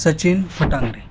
Sachin Hotande